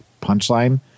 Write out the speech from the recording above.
punchline